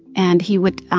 and he would